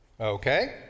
Okay